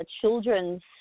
children's